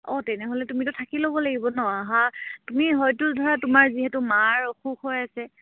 অঁ তেনেহ'লে তুমিতো থাকি ল'ব লাগিব ন অহা তুমি হয়তো ধৰা তোমাৰ যিহেতু মাৰ অসুখ হৈ আছে